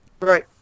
Right